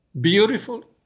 beautiful